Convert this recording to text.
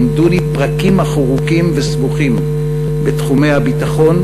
לימדוני פרקים ארוכים וסבוכים בתחומי הביטחון,